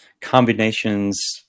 combinations